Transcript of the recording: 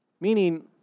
Meaning